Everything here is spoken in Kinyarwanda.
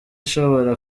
ashobora